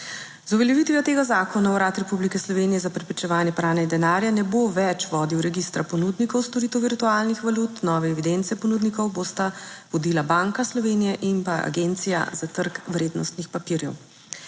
Z uveljavitvijo tega zakona Urad Republike Slovenije za preprečevanje pranja denarja ne bo več vodil registra ponudnikov storitev virtualnih valut, nove evidence ponudnikov bosta vodila Banka Slovenije in pa Agencija za trg vrednostnih papirjev.